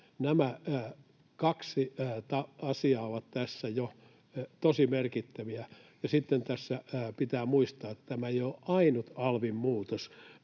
Nämä kaksi asiaa ovat tässä jo tosi merkittäviä, ja sitten tässä pitää muistaa, että tämä ei ole ainut alvin muutos: